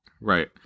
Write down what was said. Right